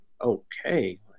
okay